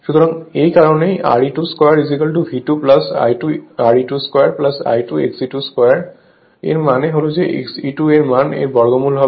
সুতরাং এই কারণেই Re2 2 V2 I2 Re2 2 I2 XE2 2 এর মানে হল যে E2 এর মান এর বর্গমূল হবে